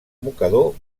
mocador